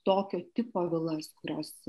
tokio tipo vilas kurios